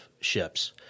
ships